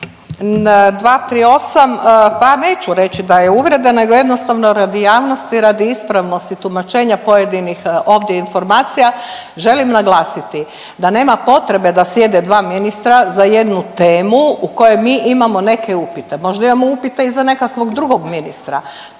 238. pa neću reći da je uvreda, nego jednostavno radi javnosti, radi ispravnosti tumačenja pojedinih ovdje informacija želim naglasiti da nema potrebe da sjede dva ministra za jednu temu u kojoj mi imamo neke upite. Možda imamo upite i za nekakvog drugog ministra,